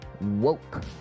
woke